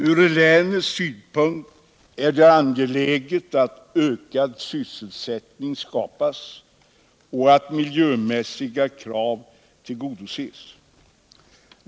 Ur länets synpunkt är det angeläget att ökad sysselsättning skapas och att miljömässiga krav tillgodoses.